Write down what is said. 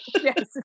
Yes